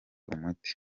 umuti